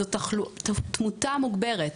זו תמותה מוגברת